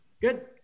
good